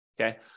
Okay